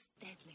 deadly